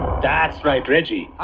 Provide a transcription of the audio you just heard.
that's right! reggie!